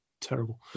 terrible